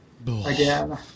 again